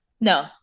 No